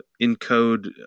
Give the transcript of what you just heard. encode